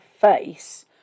face